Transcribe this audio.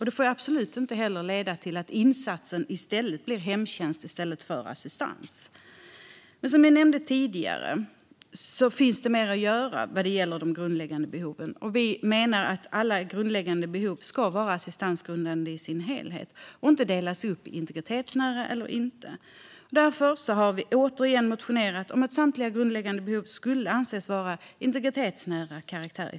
Det får absolut inte heller leda till att insatsen blir hemtjänst i stället för personlig assistans. Som jag nämnde tidigare finns det mer att göra vad gäller de grundläggande behoven. Vi menar att alla grundläggande behov ska vara assistansgrundande i sin helhet och inte delas upp i sådana som är integritetsnära och sådana som inte är det. Vi har därför återigen motionerat om att samtliga grundläggande behov ska anses vara av integritetsnära karaktär.